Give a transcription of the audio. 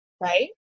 right